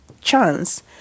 chance